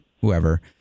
whoever